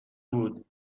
بود